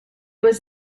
was